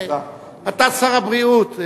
אתה שר הבריאות.